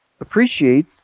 appreciate